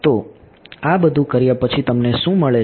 તો આ બધું કર્યા પછી તમને શું મળે છે